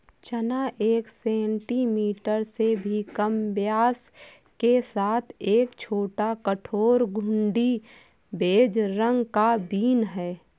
चना एक सेंटीमीटर से भी कम व्यास के साथ एक छोटा, कठोर, घुंडी, बेज रंग का बीन है